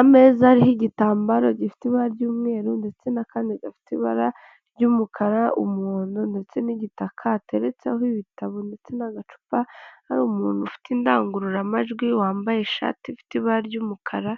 Ameza ariho igitambaro gifite ibara ry'umweru ndetse n'akandi gafite ibara ry'umukara, umuhondo ndetse n'igitaka hateretseho ibitabo ndetse n'agacupa hari umuntu ufite indangururamajwi wambaye ishati ifite ibara ry'umukara